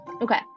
Okay